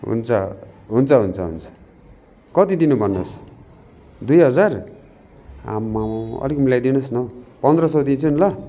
हुन्छ हुन्छ हुन्छ हुन्छ कति दिनु भन्नुहोस् दुई हजार आम्मै हो अलिक मिलाइदिनुहोस् न हौ पन्ध्र सौ दिन्छु नि ल